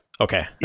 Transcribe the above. Okay